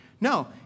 No